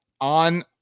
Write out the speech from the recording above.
on